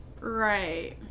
Right